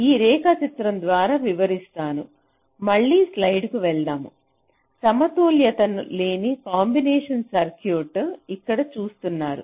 ఈ రేఖ చిత్రం ద్వారా వివరిస్తాను మళ్ళీ స్లైడ్కు వెళ్దాము సమతుల్యత లేని కాంబినేషన్ సర్క్యూట్ ఇక్కడ చూస్తున్నారు